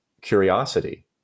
curiosity